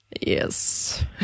Yes